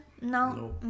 No